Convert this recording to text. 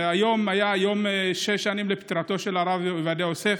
היום זה שש שנים לפטירתו של הרב עובדיה יוסף,